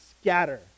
scatter